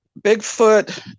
Bigfoot